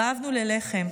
רעבנו ללחם,